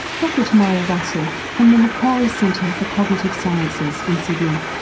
dr tamara russell from the macquarie centre for cognitive sciences in sydney.